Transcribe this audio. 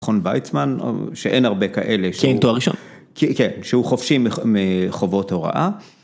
‫מכון ויצמן, שאין הרבה כאלה. ‫-כן, תואר ראשון. ‫כן, שהוא חופשי מחובות הוראה.